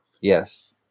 Yes